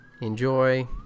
enjoy